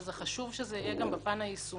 וזה חשוב שזה יהיה גם בפן היישומי.